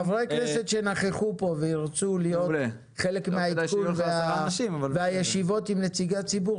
חברי כנסת שנכחו פה וירצו להיות חלק מהעדכון והישיבות עם נציגי הציבור,